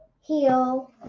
heel